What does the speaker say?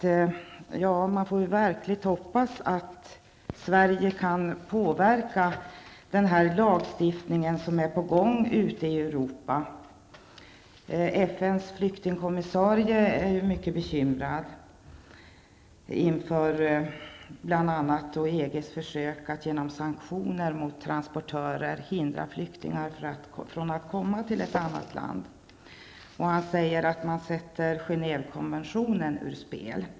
Man får verkligen hoppas att Sverige kan påverka den lagstiftning som är på gång ute i Europa. FNs flyktingkommissarie är mycket bekymrad inför bl.a. EGs försök att med hjälp av sanktioner mot transportörer hindra flyktingar från att komma till ett annat land. Flyktingkommissarien säger att Genèvekonventionen sätts ur spel.